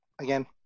again